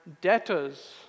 debtors